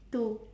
two